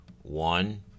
One